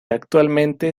actualmente